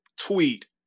tweet